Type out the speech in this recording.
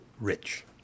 rich